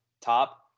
top